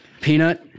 Peanut